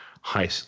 high